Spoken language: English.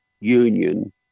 union